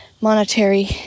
monetary